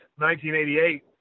1988